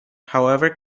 however